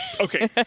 okay